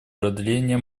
продление